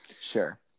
Sure